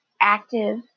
active